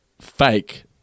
fake